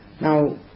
now